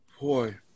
boy